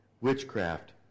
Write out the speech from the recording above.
witchcraft